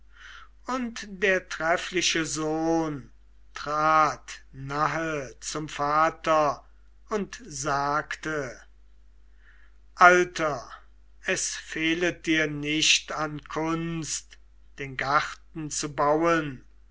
und der treffliche sohn trat nahe zum vater und sagte alter es fehlet dir nicht an kunst den garten zu bauen